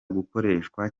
gukoreshwa